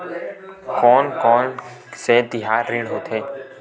कोन कौन से तिहार ऋण होथे?